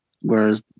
whereas